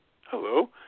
Hello